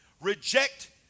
Reject